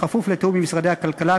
בכפוף לתיאום עם משרדי הכלכלה,